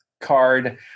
card